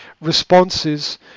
responses